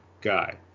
guy